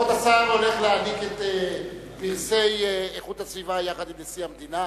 כבוד השר הולך להעניק את פרסי איכות הסביבה יחד עם נשיא המדינה,